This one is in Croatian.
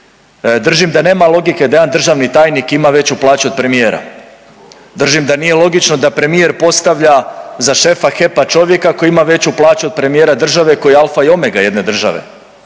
držim da nema logike da jedan državni tajnik ima veću plaću od premijera, držim da nije logično da premijer postavlja za šefa HEP-a čovjeka koji ima veću plaću od premijera države koji je alfa i omega jedne države